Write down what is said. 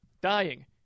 Dying